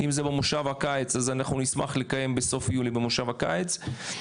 אם זה במושב הקיץ אז אנחנו נשמח לקיים בסוף יולי במושב הקיץ.